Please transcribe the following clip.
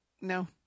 no